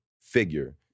figure